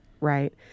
right